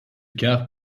carpes